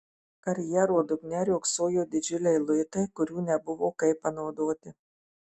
karjero dugne riogsojo didžiuliai luitai kurių nebuvo kaip panaudoti